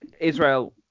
Israel